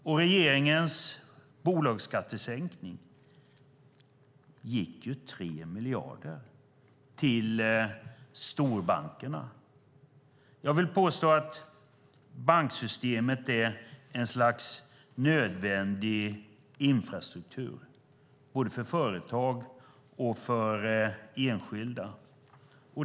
Av regeringens bolagsskattesänkning gick 3 miljarder till storbankerna. Jag vill påstå att banksystemet är ett slags nödvändig infrastruktur för både företag och enskilda.